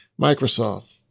Microsoft